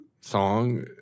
song